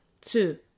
Two